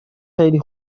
خیلی